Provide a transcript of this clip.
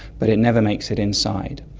but it never makes it inside.